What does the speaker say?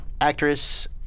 Actress